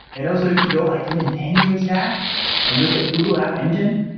and also, if you go like even ten years back and look at google app engine,